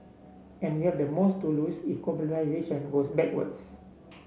and we have the most to lose if globalisation goes backwards